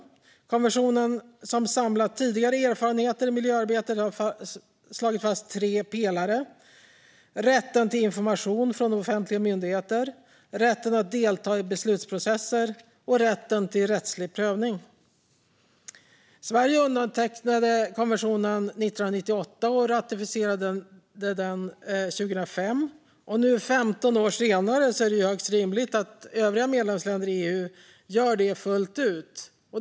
I konventionen, där tidigare erfarenheter i miljöarbetet samlats, slås tre pelare fast: rätten till information från offentliga myndigheter, rätten att delta i beslutsprocesser och rätten till rättslig prövning. Sverige undertecknade konventionen 1998 och ratificerade den 2005. Nu, 15 år senare, är det högst rimligt att övriga medlemsländer i EU också gör det fullt ut.